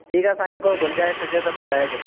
ठीकु आहे साईं को गुंजाइश हुजे त ॿुधाएजो